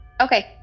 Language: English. Okay